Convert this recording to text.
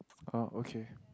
oh okay